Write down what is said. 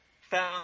found